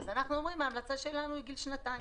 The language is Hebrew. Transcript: אנחנו אומרים שההמלצה שלנו היא גיל שנתיים.